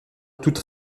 toute